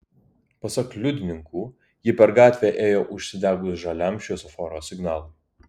pasak liudininkų ji per gatvę ėjo užsidegus žaliam šviesoforo signalui